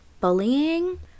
bullying